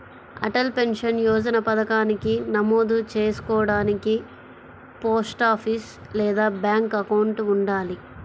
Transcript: Atal pension యోజన పథకానికి నమోదు చేసుకోడానికి పోస్టాఫీస్ లేదా బ్యాంక్ అకౌంట్ ఉండాలి